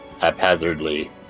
haphazardly